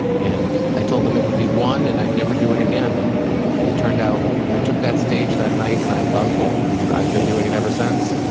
and i told them it would be one and i'd never do it again. and it turned out i took that stage that night, and i loved it and i've been doing it ever since